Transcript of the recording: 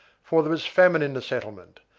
for there was famine in the settlement,